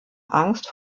angst